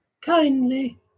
kindly